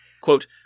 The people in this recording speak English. Quote